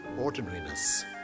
ordinariness